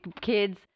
kids